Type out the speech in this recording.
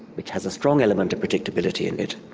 which has a strong element of predictability in it.